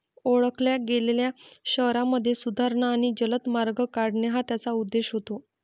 ओळखल्या गेलेल्या शहरांमध्ये सुधारणा आणि जलद मार्ग काढणे हा त्याचा उद्देश होता